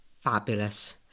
Fabulous